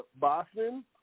Boston